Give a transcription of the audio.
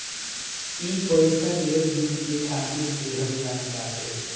ई पइसा ढेर दिन के खातिर देहल जात बाटे